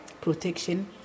protection